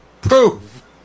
proof